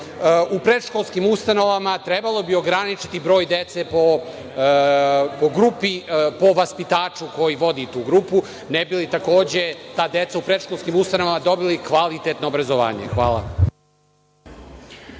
u predškolskim ustanovama trebalo bi ograničiti broj dece po grupi po vaspitaču koji vodi tu grupu, ne bi li takođe, ta deca u predškolskim ustanovama dobili kvalitetno obrazovanje. Hvala.